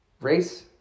race